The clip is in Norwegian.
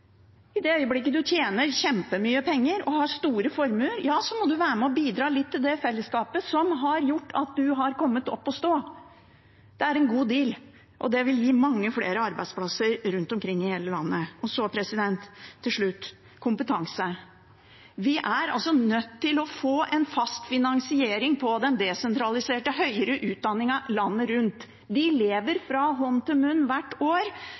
I det øyeblikket man tjener kjempemye penger og har store formuer, ja da må man være med på å bidra litt til det fellesskapet som har gjort at man har kommet opp å stå. Det er en god deal, og det vil gi mange flere arbeidsplasser rundt omkring i hele landet. Til slutt om kompetanse: Vi er nødt til å få en fast finansiering av den desentraliserte høyere utdanningen landet rundt. De lever fra hånd til munn hvert år.